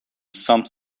some